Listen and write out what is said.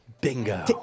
Bingo